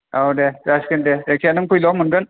औ दे जासिगोन दे जायखिजाया नों फैल' मोनगोन